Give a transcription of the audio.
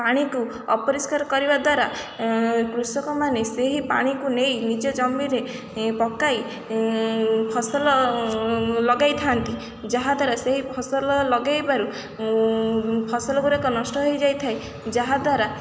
ପାଣିକୁ ଅପରିଷ୍କାର କରିବା ଦ୍ୱାରା କୃଷକମାନେ ସେହି ପାଣିକୁ ନେଇ ନିଜ ଜମିରେ ପକାଇ ଫସଲ ଲଗାଇଥାନ୍ତି ଯାହାଦ୍ୱାରା ସେହି ଫସଲ ଲଗେଇବାରୁ ଫସଲ ଗୁଡ଼ାକ ନଷ୍ଟ ହେଇଯାଇଥାଏ ଯାହାଦ୍ୱାରା